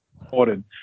important